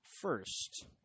first